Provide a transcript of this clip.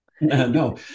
No